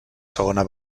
segona